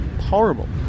horrible